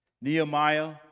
Nehemiah